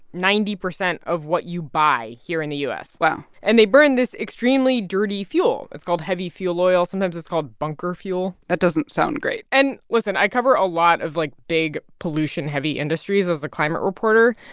ninety percent of what you buy here in the u s wow and they burn this extremely dirty fuel. it's called heavy fuel oil. sometimes it's called bunker fuel that doesn't sound great and, listen i cover a lot of, like, big pollution-heavy industries as a climate reporter.